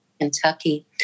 Kentucky